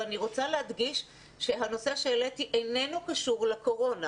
אני רוצה להדגיש שהנושא שהעליתי איננו קשור לקורונה.